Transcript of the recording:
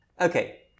Okay